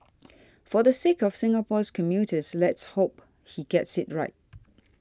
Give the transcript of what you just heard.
for the sake of Singapore's commuters let's hope he gets it right